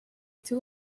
two